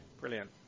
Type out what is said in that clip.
Brilliant